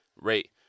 rate